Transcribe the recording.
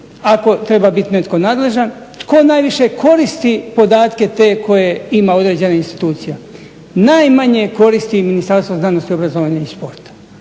ako treba biti netko nadležan tko najviše koristi podatke te koje ima određena institucija? Najmanje koristi Ministarstvo znanosti, obrazovanja i sporta,